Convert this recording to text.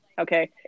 okay